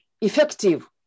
effective